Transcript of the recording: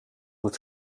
het